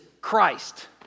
Christ